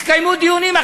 התקיימו דיונים.